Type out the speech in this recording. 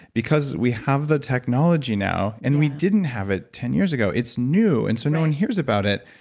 because we have the technology now, and we didn't have it ten years ago. it's new, and so no one hears about it.